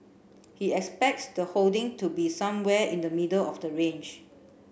he expects the holdings to be somewhere in the middle of the range